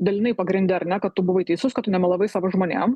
dalinai pagrinde ar ne kad tu buvai teisus kad tu nemelavai savo žmonėm